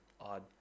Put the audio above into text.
odd